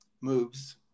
moves